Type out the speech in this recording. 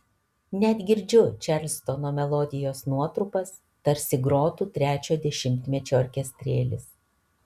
net girdžiu čarlstono melodijos nuotrupas tarsi grotų trečio dešimtmečio orkestrėlis